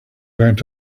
went